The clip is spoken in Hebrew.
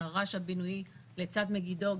התר"ש הבינויי לצד מגידו,